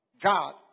God